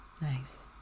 nice